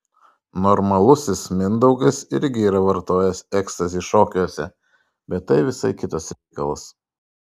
normalusis mindaugas irgi yra vartojęs ekstazį šokiuose bet tai visai kitas reikalas